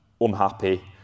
unhappy